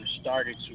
started